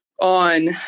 on